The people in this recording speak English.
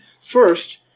first